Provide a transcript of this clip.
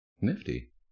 Nifty